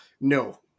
No